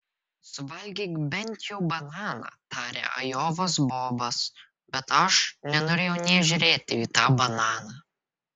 suvalgyk bent jau bananą tarė ajovos bobas bet aš nenorėjau nė žiūrėti į tą bananą